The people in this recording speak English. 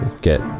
get